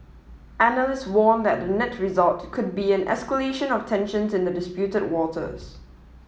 analysts warn that the net result could be an escalation of tensions in the disputed waters